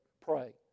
Pray